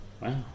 Wow